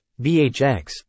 BHX